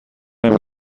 نمی